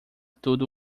tudo